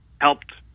helped